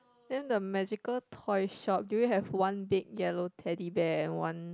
then the magical toy shop do you have one big yellow Teddy Bear and one